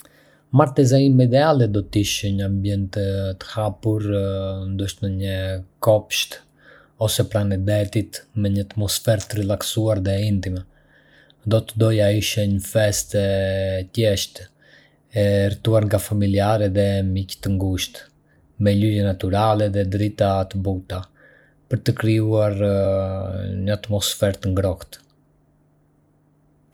Martesa ime ideale do të ishte në një ambient të hapur, ndoshta në një kopsht ose pranë detit, me një atmosferë të relaksuar dhe intime. Do të doja të ishte një festë e thjeshtë, e rrethuar nga familjarë dhe miq të ngushtë, me lule natyrale dhe drita të buta për të krijuar një atmosferë të ngrohtë.